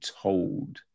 told